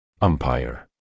Umpire